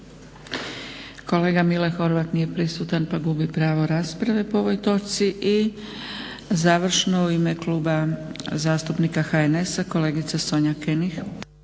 Kolega Mile Horvat nije prisutan pa gubi pravo rasprave po ovoj točci. I završno u ime Kluba zastupnika HNS-a kolegica Sonja König.